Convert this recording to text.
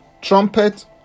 trumpet